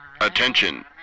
attention